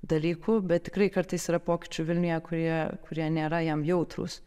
dalykų bet tikrai kartais yra pokyčių vilniuje kurie kurie nėra jam jautrūs